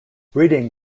breeding